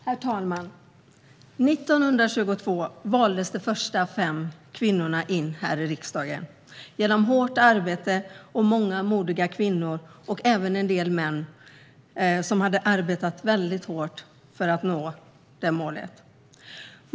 Herr talman! År 1922 valdes de första fem kvinnorna in i riksdagen efter att många modiga kvinnor och även en del män hade arbetat väldigt hårt för att nå detta mål.